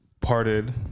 parted